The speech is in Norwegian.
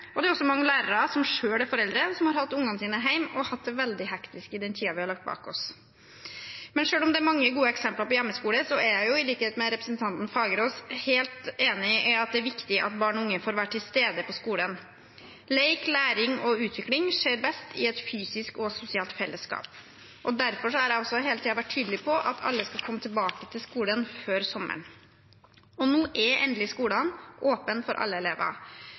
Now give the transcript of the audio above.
og det er også mange lærere som selv er foreldre, som har hatt barna sine hjemme og hatt det veldig hektisk i den tiden vi har lagt bak oss. Men selv om det er mange gode eksempler på hjemmeskoler, er jeg helt enig med representanten Fagerås i at det er viktig at barn og unge får være til stede på skolen. Lek, læring og utvikling skjer best i et fysisk og sosialt fellesskap. Derfor har jeg også hele tiden vært tydelig på at alle skal komme tilbake til skolen før sommeren. Nå er endelig skolene åpne for alle elever.